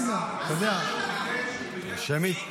לא הזמינו את הנאום הזה מראש, אם אתה רוצה לשאול.